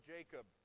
Jacob